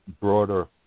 broader